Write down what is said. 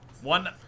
One